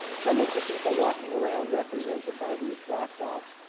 some of the people walking around, represented by these black dots,